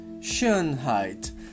Schönheit